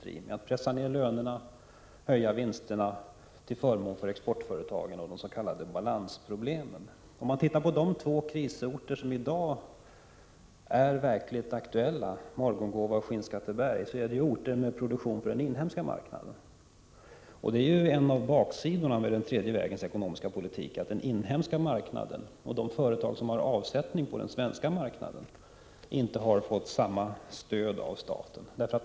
Man har satsat på att pressa ned lönerna och höja vinsterna till förmån för exportföretagen och de s.k. balansproblemen. De två krisorter som i dag är verkligt aktuella — Morgongåva och Skinnskatteberg — är orter med produktion för den inhemska marknaden. En av baksidorna med den tredje vägens ekonomiska politik är att den inhemska marknaden och de företag som har avsättning på den svenska marknaden inte har fått samma stöd av staten.